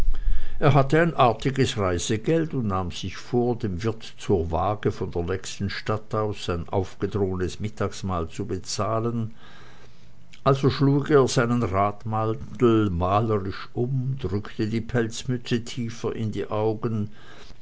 er hatte ein artiges reisegeld und nahm sich vor dem wirt zur waage von der nächsten stadt aus sein aufgedrungenes mittagsmahl zu bezahlen also schlug er seinen radmantel malerisch um drückte die pelzmütze tiefer in die augen